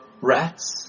rats